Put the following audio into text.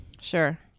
Sure